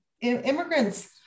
immigrants